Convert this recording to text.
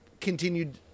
continued